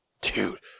Dude